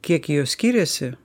kiek jos skiriasi